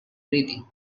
breathing